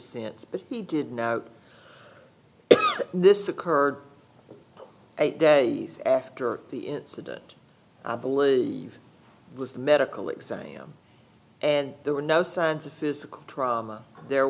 sense but he did know this occurred eight days after the incident i believe was the medical exam and there were no signs of physical trauma the